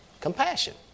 Compassion